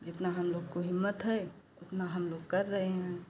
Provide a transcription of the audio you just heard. जितना हम लोग को हिम्मत है उतना हम लोग कर रहे हैं